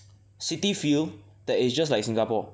city feel that is just like Singapore